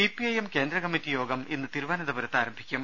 CPIM കേന്ദ്ര committee യോഗം ഇന്ന് തിരുവനന്തപുരത്ത് ആരംഭിക്കും